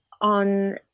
on